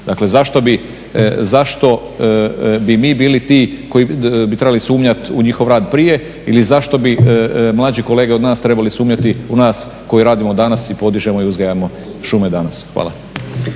Dakle zašto bi mi bili ti koji bi trebali sumnjat u njihov rad prije ili zašto bi mlađi kolege od nas trebali sumnjati u nas koji radimo danas i podižemo i uzgajamo šume danas. Hvala.